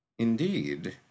Indeed